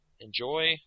enjoy